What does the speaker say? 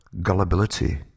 gullibility